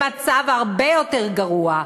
במצב הרבה יותר גרוע,